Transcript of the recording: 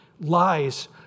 lies